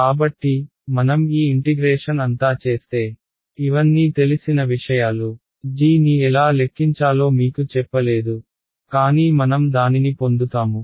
కాబట్టి మనం ఈ ఇంటిగ్రేషన్ అంతా చేస్తే ఇవన్నీ తెలిసిన విషయాలు g ని ఎలా లెక్కించాలో మీకు చెప్పలేదు కానీ మనం దానిని పొందుతాము